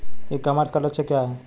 ई commerce का लक्ष्य क्या है?